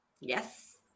Yes